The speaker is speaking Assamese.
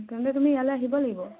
তেন্তে তুমি ইয়ালে আহিব লাগিব